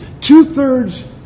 two-thirds